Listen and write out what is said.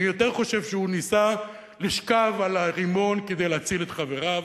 יותר נראה לי שהוא ניסה לשכב על הרימון כדי להציל את חבריו,